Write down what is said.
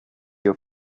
your